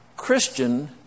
Christian